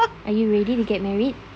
are you ready to get married